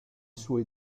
suoi